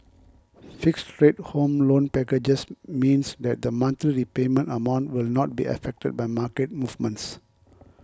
fixed rate Home Loan packages means that the monthly repayment amount will not be affected by market movements